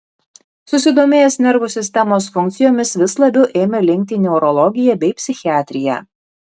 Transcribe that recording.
susidomėjęs nervų sistemos funkcijomis vis labiau ėmė linkti į neurologiją bei psichiatriją